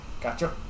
Gotcha